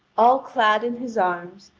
all clad in his arms,